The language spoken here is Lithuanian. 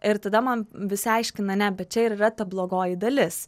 ir tada man visi aiškina ne bet čia ir yra ta blogoji dalis